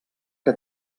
que